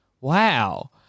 Wow